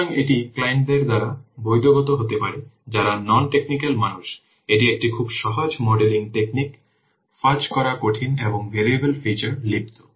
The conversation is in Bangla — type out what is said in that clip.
সুতরাং এটি ক্লায়েন্টদের দ্বারা বোধগম্য হতে পারে যারা নন টেকনিক্যাল মানুষ এটি একটি খুব সহজ মডেলিং টেকনিক ফাজ করা কঠিন এবং ভেরিয়েবল ফিচার লিপ্ত